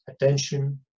attention